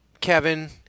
Kevin